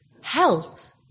health